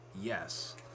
yes